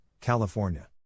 California